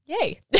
Yay